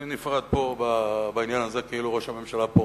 אני נפרד פה בעניין הזה, כאילו ראש הממשלה פה.